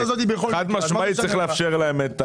חד משמעית צריך לאפשר להם.